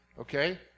Okay